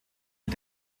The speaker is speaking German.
mit